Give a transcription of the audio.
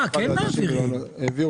כן מעבירים.